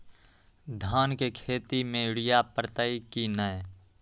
धान के खेती में यूरिया परतइ कि न?